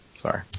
Sorry